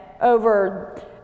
over